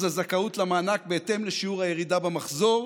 הזכאות למענק בהתאם לשיעור הירידה במחזור.